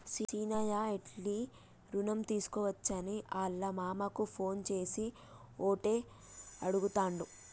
సీనయ్య ఎట్లి రుణం తీసుకోవచ్చని ఆళ్ళ మామకు ఫోన్ చేసి ఓటే అడుగుతాండు